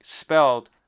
spelled